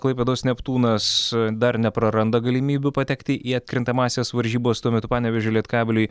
klaipėdos neptūnas dar nepraranda galimybių patekti į atkrintamąsias varžybas tuo metu panevėžio lietkabeliui